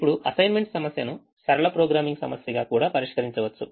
ఇప్పుడు అసైన్మెంట్ సమస్యను సరళ ప్రోగ్రామింగ్ సమస్యగా కూడా పరిష్కరించవచ్చు